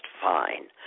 fine